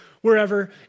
wherever